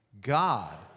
God